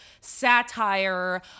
satire